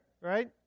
right